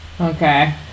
okay